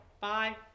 Bye